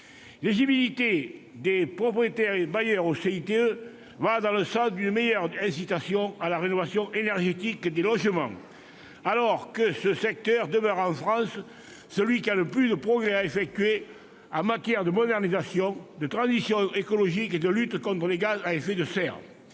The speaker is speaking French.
L'éligibilité des propriétaires bailleurs au CITE va dans le sens d'une incitation plus forte à la rénovation énergétique des logements, alors que ce secteur demeure en France celui qui a le plus de progrès à effectuer en matière de modernisation, de transition écologique et de lutte contre les émissions de gaz à effet de serre.